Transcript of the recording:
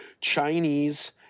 Chinese